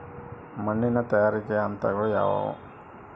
ಮಣ್ಣಿನ ತಯಾರಿಕೆಯ ಹಂತಗಳು ಯಾವುವು?